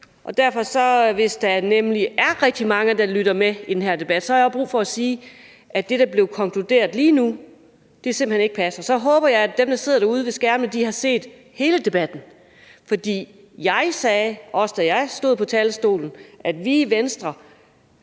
hvis der er rigtig mange, der lytter med på den her debat, brug for at sige, at det, der blev konkluderet lige nu, simpelt hen ikke passer. Så håber jeg, at dem, der sidder derude ved skærmene, har set hele debatten, for jeg sagde også, da jeg stod på talerstolen, at vi i Venstre